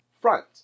front